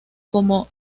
como